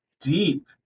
deep